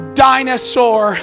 dinosaur